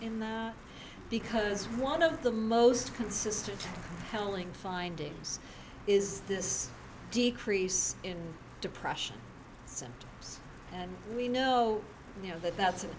in that because one of the most consistent telling findings is this decrease in depression symptoms and we know you know that that's a